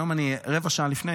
היום יצאתי רבע שעה לפני,